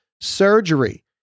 surgery